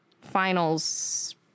finals